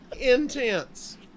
Intense